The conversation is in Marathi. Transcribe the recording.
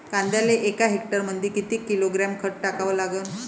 कांद्याले एका हेक्टरमंदी किती किलोग्रॅम खत टाकावं लागन?